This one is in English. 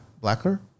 Blackler